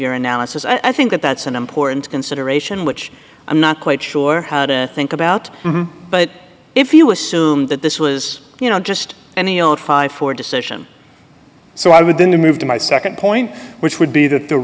analysis i think that that's an important consideration which i'm not quite sure how to think about but if you assume that this was you know just any old fifty four decision so i would then to move to my nd point which would be th